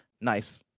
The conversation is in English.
Nice